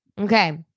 okay